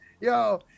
yo